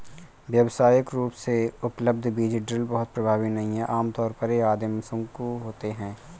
व्यावसायिक रूप से उपलब्ध बीज ड्रिल बहुत प्रभावी नहीं हैं आमतौर पर ये आदिम शंकु होते हैं